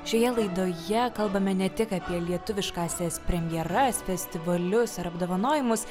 šioje laidoje kalbame ne tik apie lietuviškąsias premjeras festivalius ir apdovanojimus